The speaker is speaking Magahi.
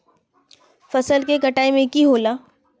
फसल के कटाई में की होला?